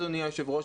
אדוני היושב-ראש,